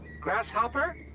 Grasshopper